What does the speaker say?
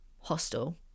hostel